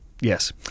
Yes